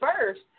first